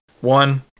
One